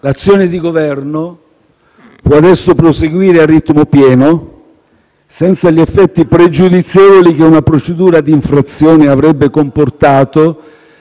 L'azione di Governo può adesso proseguire a ritmo pieno, senza gli effetti pregiudizievoli che una procedura d'infrazione avrebbe comportato